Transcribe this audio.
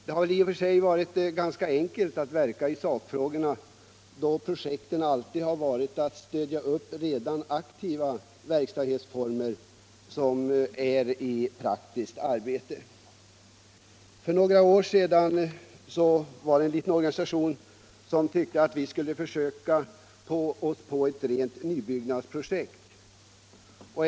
Det har i och för sig varit ganska enkelt att verka i sakfrågorna då projekten alltid har gällt att stödja verksamhet som redan i praktiken pågår. För några år sedan var vi några i en liten organisation som tyckte att vi skulle försöka oss på ett rent nybyggnadsprojekt.